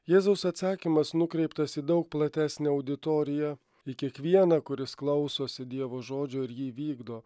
jėzaus atsakymas nukreiptas į daug platesnę auditoriją į kiekvieną kuris klausosi dievo žodžio ir jį vykdo